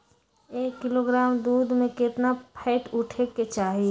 एक किलोग्राम दूध में केतना फैट उठे के चाही?